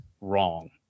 wrong